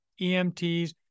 emts